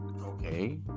Okay